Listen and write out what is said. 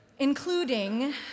including